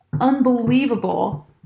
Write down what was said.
unbelievable